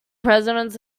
presidents